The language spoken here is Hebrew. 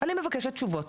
אני מבקשת תשובות.